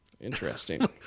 Interesting